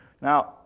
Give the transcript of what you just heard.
Now